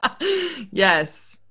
yes